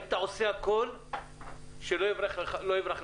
אם הייתה לך תחרות היית עושה הכול שלא יברח לך הקליינט.